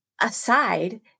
aside